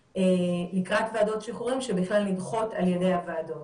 לקראת ועדות שחרורים שבכלל נדחות על ידי הוועדות.